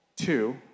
Two